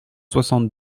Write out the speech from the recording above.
soixante